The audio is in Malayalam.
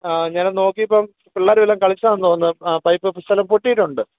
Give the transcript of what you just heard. ഞാനൊന്ന് നോക്കീപ്പം പിള്ളേർ വല്ലോം കളിച്ചതാണെന്ന് തോന്നുന്നു പൈപ്പ് ശകലം പൊട്ടീട്ടുണ്ട്